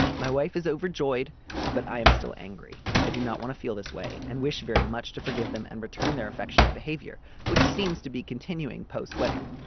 my wife is overjoyed but i am still angry. i do not want to feel this way and wish very much to forgive them and return their affectionate behavior which seems to be continuing post wedding.